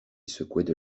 secouaient